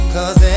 Cause